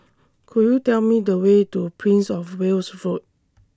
Could YOU Tell Me The Way to Prince of Wales Road